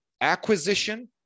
Acquisition